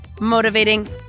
motivating